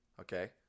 Okay